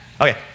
Okay